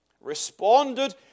responded